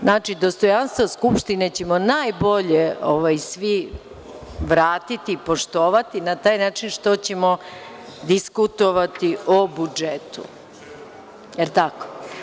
Znači dostojanstvo Skupštine ćemo najbolje svi vratiti, poštovati na taj način što ćemo diskutovati o budžetu, jel tako?